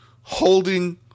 holding –